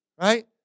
right